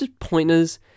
pointers